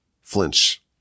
flinch